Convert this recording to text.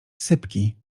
sypki